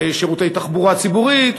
שירותי תחבורה ציבורית,